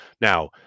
Now